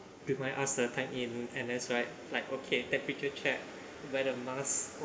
they might ask to time in and that's right like okay temperature checked wear the mask